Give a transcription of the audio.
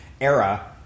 era